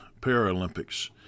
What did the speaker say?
Paralympics